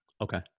Okay